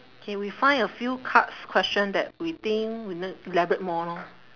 K we find a few cards question that we think we need elaborate more lor